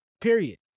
period